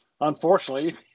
unfortunately